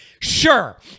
sure